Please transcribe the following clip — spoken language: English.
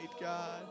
God